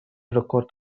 رکورد